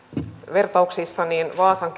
vertauksissa vaasan